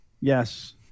yes